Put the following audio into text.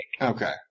Okay